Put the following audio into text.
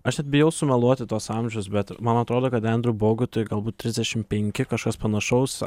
aš net bijau sumeluoti tuos amžius bet man atrodo kad endriu bogutui galbūt trisdešim penki kažkas panašaus